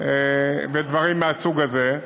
ודברים מהסוג הזה.